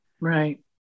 Right